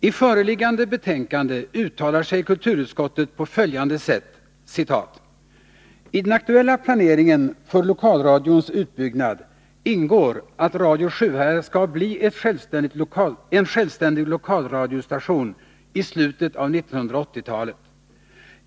I föreliggande betänkande uttalar sig kulturutskottet på följande sätt: ”I den aktuella planeringen för lokalradions utbyggnad ingår att Radio Sjuhärad skall bli en självständig lokalradiostation i slutet av 1980-talet.